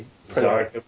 Sorry